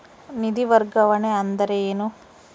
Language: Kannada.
ನಿಧಿ ವರ್ಗಾವಣೆ ಅಂದರೆ ಏನು?